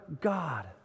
God